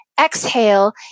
Exhale